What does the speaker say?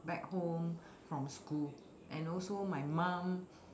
back home from school and also my mum